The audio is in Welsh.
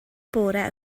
bore